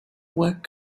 work